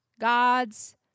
God's